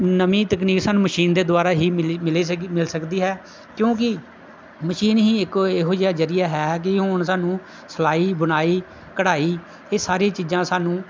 ਨਵੀਂ ਤਕਨੀਕ ਸਾਨੂੰ ਮਸ਼ੀਨ ਦੇ ਦੁਆਰਾ ਹੀ ਮਿਲ ਸਕਦੀ ਹੈ ਕਿਉਂਕਿ ਮਸ਼ੀਨ ਹੀ ਇੱਕ ਇਹੋ ਜਿਹਾ ਜ਼ਰੀਆ ਹੈ ਕਿ ਹੁਣ ਸਾਨੂੰ ਸਿਲਾਈ ਬੁਣਾਈ ਕਢਾਈ ਇਹ ਸਾਰੀਆਂ ਚੀਜ਼ਾਂ ਸਾਨੂੰ